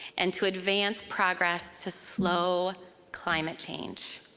and to advance progress to slow climate change.